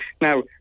Now